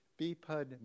BPUD